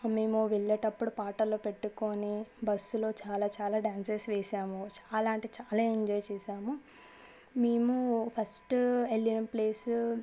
మేము వెళ్ళేటప్పుడు పాటలు పెట్టుకొని బస్సులో చాలా చాలా డ్యాన్సెస్ వేశాము చాలా అంటే చాలా ఎంజాయ్ చేశాము మేము ఫస్టు వెళ్ళిన ప్లేసు